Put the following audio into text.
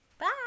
bye